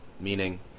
meaning